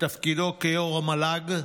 בתפקידו כיו"ר המל"ג,